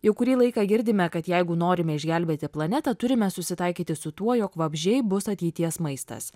jau kurį laiką girdime kad jeigu norime išgelbėti planetą turime susitaikyti su tuo jog vabzdžiai bus ateities maistas